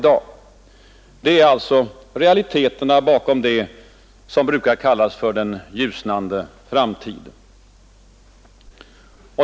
Detta är således realiteterna bakom det som brukar kallas för ”den ljusnande framtid”.